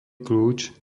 kľúč